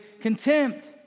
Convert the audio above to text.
contempt